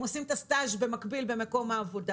עושים את הסטאז' במקביל במקום העבודה.